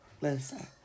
listen